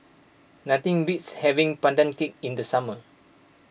nothing beats having Pandan Cake in the summer